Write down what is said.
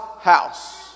house